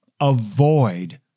avoid